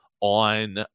on